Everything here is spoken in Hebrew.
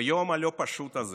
ביום הלא-פשוט הזה,